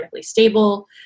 stable